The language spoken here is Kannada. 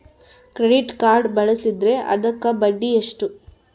ಕ್ರೆಡಿಟ್ ಕಾರ್ಡ್ ಬಳಸಿದ್ರೇ ಅದಕ್ಕ ಬಡ್ಡಿ ಎಷ್ಟು?